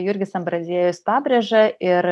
jurgis ambraziejus pabrėža ir